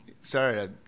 sorry